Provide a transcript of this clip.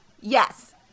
Yes